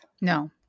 No